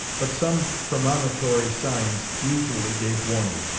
but some premonitory signs usually gave warning.